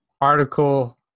article